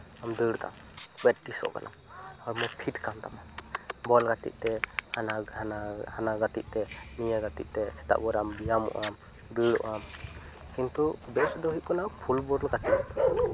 ᱫᱟᱹᱲ ᱫᱚ ᱯᱨᱮᱠᱴᱤᱥᱚᱜ ᱠᱟᱱᱟᱢ ᱦᱚᱲᱢᱚ ᱯᱷᱤᱴ ᱟᱠᱟᱱ ᱛᱟᱢᱟ ᱵᱚᱞ ᱜᱟᱛᱮᱜ ᱛᱮ ᱦᱟᱱᱟ ᱦᱟᱱᱟ ᱜᱟᱛᱮᱜ ᱛᱮ ᱱᱤᱭᱟᱹ ᱜᱟᱛᱮᱜ ᱛᱮ ᱥᱮᱛᱟᱜ ᱵᱮᱲᱟᱢ ᱵᱮᱭᱟᱢᱚᱜ ᱟᱢ ᱫᱟᱹᱲᱟᱜᱼᱟᱢ ᱠᱤᱱᱛᱩ ᱵᱮᱥ ᱫᱚ ᱦᱩᱭᱩᱜ ᱠᱟᱱᱟ ᱯᱷᱩᱴᱵᱚᱞ ᱜᱟᱛᱮᱜ